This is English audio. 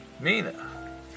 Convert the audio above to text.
Mina